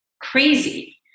crazy